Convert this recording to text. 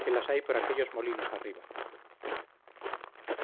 que las hay por aquellos molinos arriba